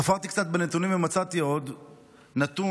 חפרתי קצת בנתונים ומצאתי עוד נתון,